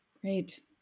Great